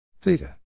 theta